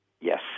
yes